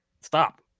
Stop